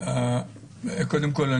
קודם כול,